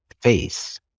face